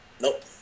Nope